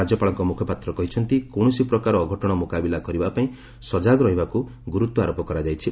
ରାଜ୍ୟପାଳଙ୍କ ମୁଖପାତ୍ର କହିଛନ୍ତି କୌଣସି ପ୍ରକାର ଅଘଟଣ ମୁକାବିଲା କରିବା ପାଇଁ ସଜାଗ ରହିବାକୁ ରାଜ୍ୟପାଳ ଗୁରୁତ୍ୱାରୋପ କରିଛନ୍ତି